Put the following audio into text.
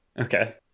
Okay